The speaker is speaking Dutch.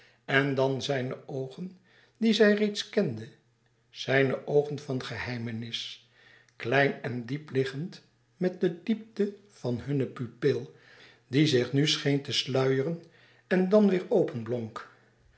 en dan zijne oogen die zij reeds kende zijne oogen van geheimenis klein en diep liggend met de diepte van hunne pupil die zich nu scheen te sluieren en dan weêr